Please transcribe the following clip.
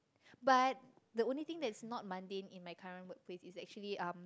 but the only thing that is not mundane in my current workplace is actually um